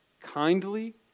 Kindly